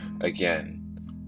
again